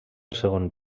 segon